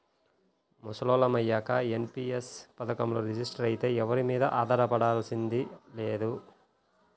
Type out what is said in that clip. ముసలోళ్ళం అయ్యాక ఎన్.పి.యస్ పథకంలో రిజిస్టర్ అయితే ఎవరి మీదా ఆధారపడాల్సింది లేదు